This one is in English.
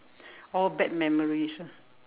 all bad memories ah